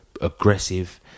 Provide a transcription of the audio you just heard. aggressive